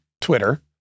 Twitter